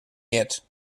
yet